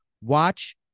Watch